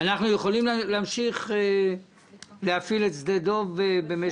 אנחנו יכולים להמשיך להפעיל את שדה דב?